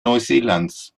neuseelands